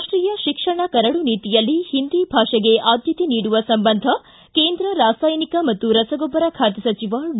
ರಾಷ್ಟೀಯ ಶಿಕ್ಷಣ ಕರಡು ನೀತಿಯಲ್ಲಿ ಹಿಂದಿ ಭಾಷೆಗೆ ಆದ್ಯತೆ ನೀಡುವ ಸಂಬಂಧ ಕೇಂದ್ರ ರಾಸಾಯನಿಕ ಮತ್ತು ರಸಗೊಬ್ಬರ ಖಾತೆ ಸಚಿವ ಡಿ